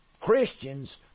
Christians